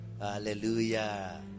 Hallelujah